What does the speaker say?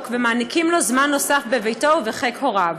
ומעניקים לו זמן נוסף בביתו ובחיק הוריו.